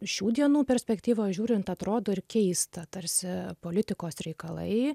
šių dienų perspektyvoj žiūrint atrodo ir keista tarsi politikos reikalai